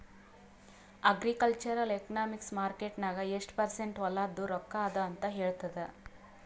agricultural economics market ನಾಗ್ ಎಷ್ಟ percent ಹೊಲಾದು ರೊಕ್ಕಾ ಅದ ಅಂತ ಹೇಳ್ತದ್